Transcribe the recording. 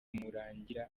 nurangira